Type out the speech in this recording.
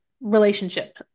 relationship